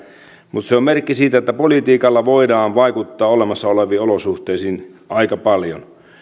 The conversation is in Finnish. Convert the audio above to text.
mutta se on merkki siitä että politiikalla voidaan vaikuttaa olemassa oleviin olosuhteisiin aika paljon